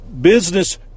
Business